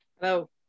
hello